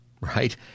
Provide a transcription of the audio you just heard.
right